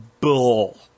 Bull